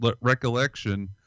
recollection